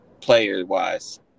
player-wise